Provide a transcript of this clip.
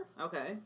Okay